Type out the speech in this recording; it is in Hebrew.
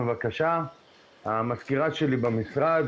המזכירה שלי במשרד,